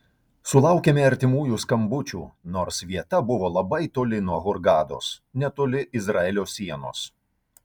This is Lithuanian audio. sulaukėme artimųjų skambučių nors vieta buvo labai toli nuo hurgados netoli izraelio sienos